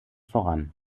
voran